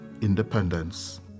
independence